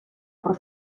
por